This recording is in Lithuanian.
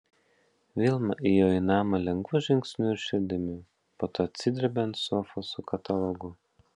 vilma įėjo į namą lengvu žingsniu ir širdimi po to atsidrėbė ant sofos su katalogu